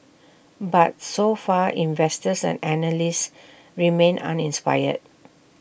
but so far investors and analysts remain uninspired